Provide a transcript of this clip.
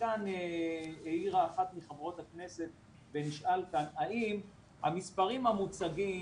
וכאן העירה אחת מחברות הכנסת ונשאל כאן האם המספרים המוצגים,